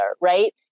right